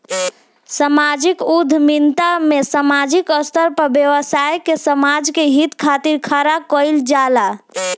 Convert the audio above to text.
सामाजिक उद्यमिता में सामाजिक स्तर पर व्यवसाय के समाज के हित खातिर खड़ा कईल जाला